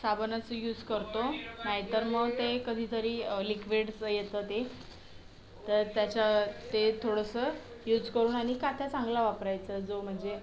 साबणाचं use करतो नाहीतर मग ते कधीतरी लिक्विड्चं येतं ते तर त्याच्या ते थोडंसं युज करून आणि काथ्या चांगला वापरायचा जो म्हणजे